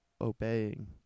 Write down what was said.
obeying